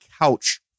couch